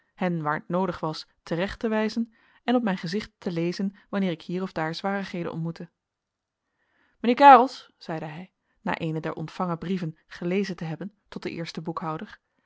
hen waar t noodig was te recht te wijzen en op mijn gezicht te lezen wanneer ik hier of daar zwarigheden ontmoette mijnheer karelsz zeide hij na eenen der ontvangen brieven gelezen te hebben tot den eersten boekhouder